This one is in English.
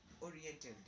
oriented